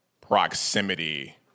proximity